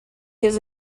his